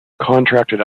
contracted